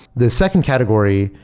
the second category,